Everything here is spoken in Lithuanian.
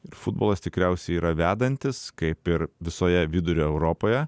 ir futbolas tikriausiai yra vedantis kaip ir visoje vidurio europoje